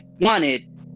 wanted